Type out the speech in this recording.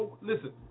listen